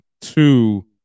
two